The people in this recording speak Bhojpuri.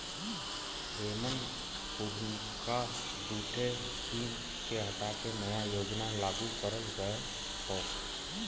एमन पुरनका दूठे स्कीम के हटा के नया योजना लागू करल गयल हौ